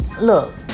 Look